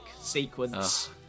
sequence